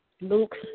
Luke